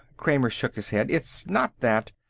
kramer shook his head. it's not that.